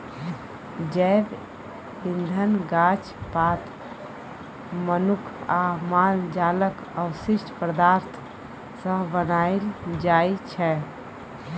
जैब इंधन गाछ पात, मनुख आ माल जालक अवशिष्ट पदार्थ सँ बनाएल जाइ छै